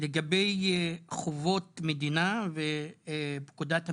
לגבי חובות מדינה ופקודת המיסים.